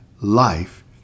life